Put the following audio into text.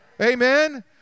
Amen